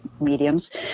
mediums